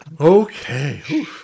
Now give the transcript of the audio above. Okay